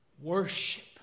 Worship